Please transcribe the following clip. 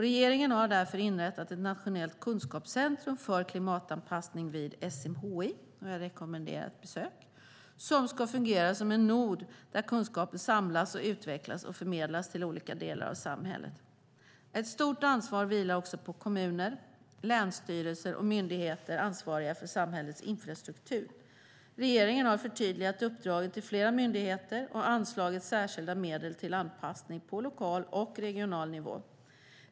Regeringen har därför inrättat ett nationellt kunskapscentrum för klimatanpassning vid SMHI - jag rekommenderar ett besök - som ska fungera som en nod där kunskapen samlas och utvecklas och förmedlas till olika delar av samhället. Ett stort ansvar vilar också på kommuner, länsstyrelser och myndigheter ansvariga för samhällets infrastruktur. Regeringen har förtydligat uppdragen till flera myndigheter och anslagit särskilda medel till anpassning på lokal och regional nivå.